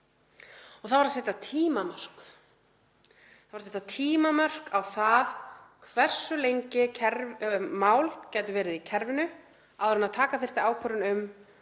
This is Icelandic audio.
Það var að setja tímamörk á það hversu lengi mál gætu verið í kerfinu áður en taka þyrfti ákvörðun um